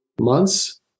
months